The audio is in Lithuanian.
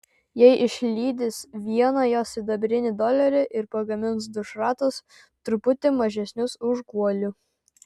jie išlydys vieną jo sidabrinį dolerį ir pagamins du šratus truputį mažesnius už guolių